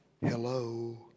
hello